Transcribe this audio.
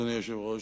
אדוני היושב-ראש,